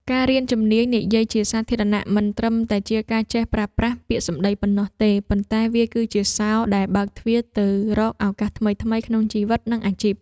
ការរៀនជំនាញនិយាយជាសាធារណៈមិនត្រឹមតែជាការចេះប្រើប្រាស់ពាក្យសម្ដីប៉ុណ្ណោះទេ ប៉ុន្តែវាគឺជាសោរដែលបើកទ្វារទៅរកឱកាសថ្មីៗក្នុងជីវិត និងអាជីព។